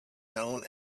known